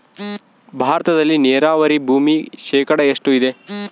ಭಾರತದಲ್ಲಿ ನೇರಾವರಿ ಭೂಮಿ ಶೇಕಡ ಎಷ್ಟು ಇದೆ?